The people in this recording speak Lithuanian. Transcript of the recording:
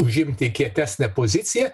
užimti kietesnę poziciją